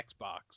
Xbox